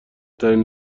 ترین